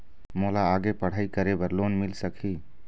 मोला आगे पढ़ई करे बर लोन मिल सकही?